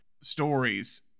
stories